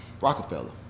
Rockefeller